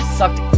sucked